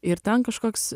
ir ten kažkoks